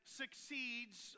succeeds